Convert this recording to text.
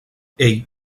hey